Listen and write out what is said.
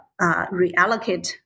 reallocate